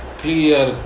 clear